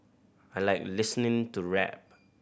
I like listening to rap